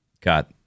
got